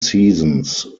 seasons